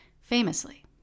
famously